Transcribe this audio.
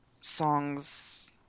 songs